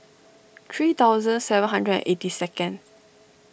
three thousand seven hundred and eighty second